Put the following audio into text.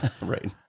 right